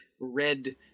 red